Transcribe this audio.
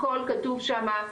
הכל כתוב שמה.